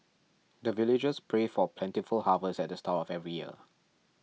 the villagers pray for plentiful harvest at the start of every year